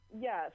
yes